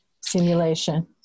simulation